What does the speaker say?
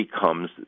becomes